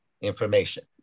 information